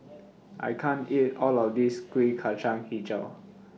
I can't eat All of This Kuih Kacang Hijau